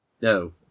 No